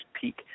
peak